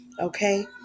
Okay